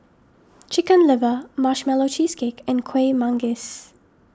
Chicken Liver Marshmallow Cheesecake and Kuih Manggis